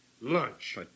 lunch